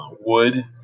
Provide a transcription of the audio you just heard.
wood